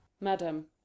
Madam